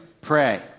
pray